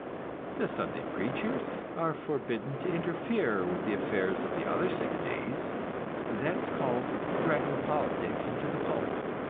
the sunday preachers are forbidden to interfere with the affairs of the other six days that is called dragging politics into the pulpit.